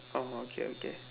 oh okay okay